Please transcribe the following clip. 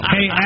Hey